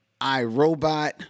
iRobot